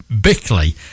Bickley